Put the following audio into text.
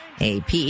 AP